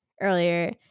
earlier